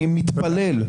אני מתפלל,